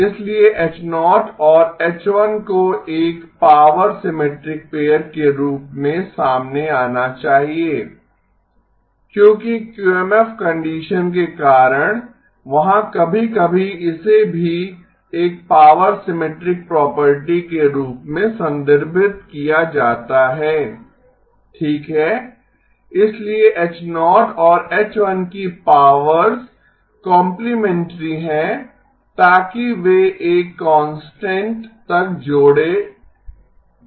इसलिए H 0 और H 1 को एक पॉवर सिमेट्रिक पेयर के रूप में सामने आना चाहिए क्योंकि क्यूएमएफ कंडीशन के कारण वहाँ कभी कभी इसे भी एक पॉवर सिमेट्रिक प्रॉपर्टी के रूप में संदर्भित किया जाता है ठीक है इसलिए H 0 और H 1 की पावर्स कोम्प्लेमेंट्री हैं ताकि वे एक कांस्टेंट तक जोडें जा सकें